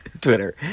Twitter